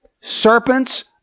serpents